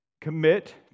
commit